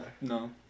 no